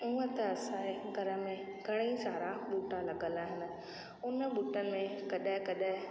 उह त असांजे घर में घणेई सारा ॿूटा लॻियल आहिनि हुन ॿूटनि में कॾहिं कॾहिं